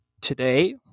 today